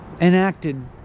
enacted